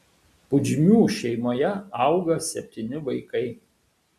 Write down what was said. pudžmių šeimoje auga septyni vaikai